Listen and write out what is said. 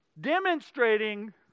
Demonstrating